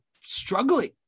struggling